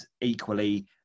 equally